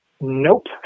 nope